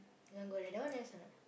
you want go there that one nice or not